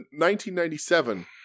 1997